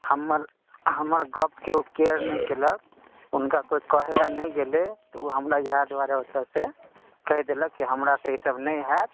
हमर हमर गपके ओ केयर नहि केलक हुनका कोइ कहैलए नहि गेलै तऽ ओ हमरा इएह दुआरे ओतऽसँ कहि देलक कि हमरासँ ईसब नहि हैत